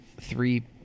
three